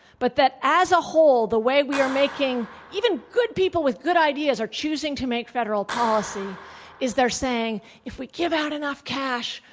but that as a whole, the way we are making even good people with goodideas are choosing to make federal policy is, they're saying, if we give out enough cash,